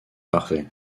parfait